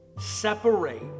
separate